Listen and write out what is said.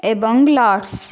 ଏବଂ ଲଡ଼ସ୍